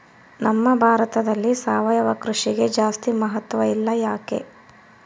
ನಮ್ಮ ಭಾರತದಲ್ಲಿ ಸಾವಯವ ಕೃಷಿಗೆ ಜಾಸ್ತಿ ಮಹತ್ವ ಇಲ್ಲ ಯಾಕೆ?